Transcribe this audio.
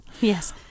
Yes